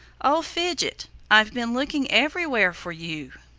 oh, fidget! i've been looking everywhere for you.